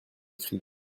écrit